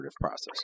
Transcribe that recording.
process